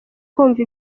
kumva